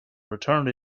returned